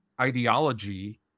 ideology